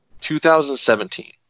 2017